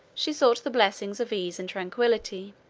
she sought the blessings of ease and tranquillity.